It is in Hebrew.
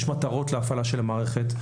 יש מטרות להפעלה של המערכת.